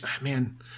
Man